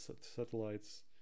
satellites